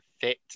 fit